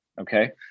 Okay